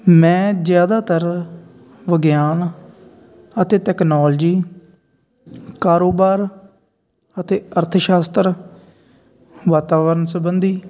ਮੈਂ ਜਿਆਦਾਤਰ ਵਿਗਿਆਨ ਅਤੇ ਟੈਕਨੋਲਜੀ ਕਾਰੋਬਾਰ ਅਤੇ ਅਰਥ ਸ਼ਾਸਤਰ ਵਾਤਾਵਰਨ ਸਬੰਧੀ